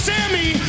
Sammy